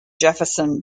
jefferson